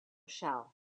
shell